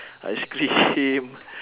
ice cream